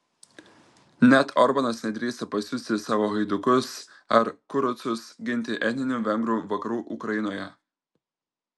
net orbanas nedrįsta pasiųsti savo haidukus ar kurucus ginti etninių vengrų vakarų ukrainoje